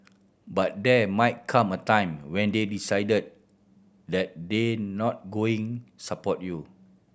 but there might come a time when they decided that they not going support you